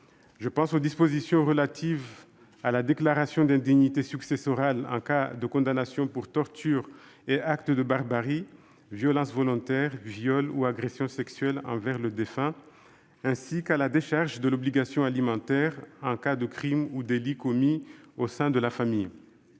Je pense aux dispositions relatives à la déclaration d'indignité successorale en cas de condamnation pour torture et acte de barbarie, violence volontaire, viol ou agression sexuelle envers le défunt, ainsi qu'à la décharge de l'obligation alimentaire en cas de crime ou délit commis au sein de la famille.